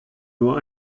nur